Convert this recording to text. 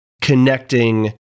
connecting